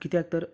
कित्याक तर